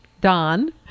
Don